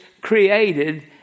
created